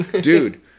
Dude